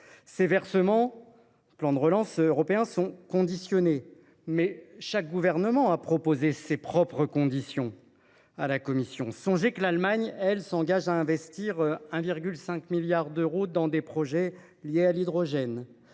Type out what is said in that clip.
Ces versements du plan de relance européen sont conditionnés, mais chaque gouvernement a proposé ses propres conditions à la Commission européenne : dans le même temps où l’Allemagne s’engage à investir 1,5 milliard d’euros dans des projets liés à l’hydrogène